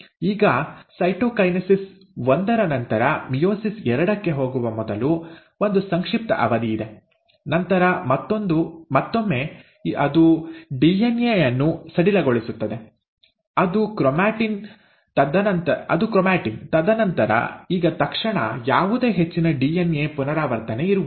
ಈಗ ಸೈಟೊಕೈನೆಸಿಸ್ ಒಂದರ ನಂತರ ಮಿಯೋಸಿಸ್ ಎರಡಕ್ಕೆ ಹೋಗುವ ಮೊದಲು ಒಂದು ಸಂಕ್ಷಿಪ್ತ ಅವಧಿ ಇದೆ ನಂತರ ಮತ್ತೊಮ್ಮೆ ಅದು ಡಿಎನ್ಎ ಯನ್ನು ಸಡಿಲಗೊಳಿಸುತ್ತದೆ ಅದು ಕ್ರೊಮ್ಯಾಟಿನ್ ತದನಂತರ ಈಗ ತಕ್ಷಣ ಯಾವುದೇ ಹೆಚ್ಚಿನ ಡಿಎನ್ಎ ಪುನರಾವರ್ತನೆ ಇರುವುದಿಲ್ಲ